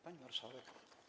Pani Marszałek!